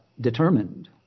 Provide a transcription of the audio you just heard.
determined